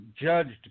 judged